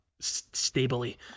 stably